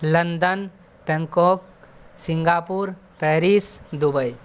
London Bangkok Singapore Paris Dubai